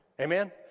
Amen